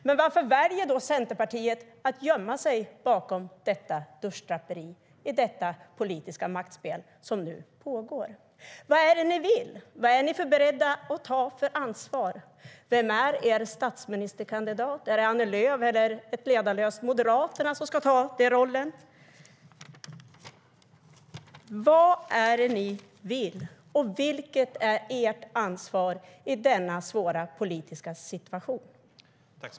Men varför väljer då Centerpartiet att gömma sig bakom detta duschdraperi i det politiska maktspel som nu pågår?